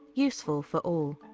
useful for all.